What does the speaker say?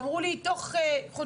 אמרו לי, תוך חודשיים.